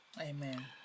Amen